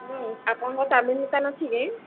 ହୁଁ ଆପଣଙ୍କର ଚାଉମିନ୍ ଦୋକାନ ଅଛି କି